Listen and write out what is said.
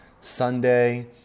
Sunday